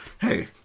Hey